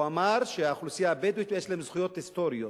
הוא אמר שהאוכלוסייה הבדואית יש לה זכויות היסטוריות,